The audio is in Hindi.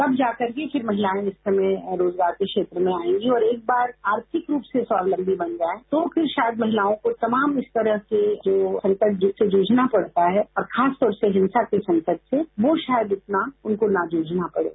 तब जाकर के फिर महिलाए इस समय रोजगार के क्षेत्र में आएंगी और एक बार आर्थिक रूप से स्वावलंबी बन जाएं तो फिर शायद महिलाओं को तमाम इस तरह के जो अनपढ़ होने की समस्या से जूझना पड़ता है और खासतौर से हिंसा के संकट से वो शायद उतना न उनको जूझना पड़े